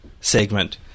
segment